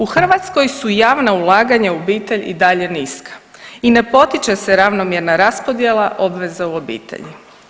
U Hrvatskoj su javna ulaganja u obitelj i dalje niska i ne potiče se ravnomjerna raspodjela obveza u obitelji.